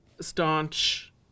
staunch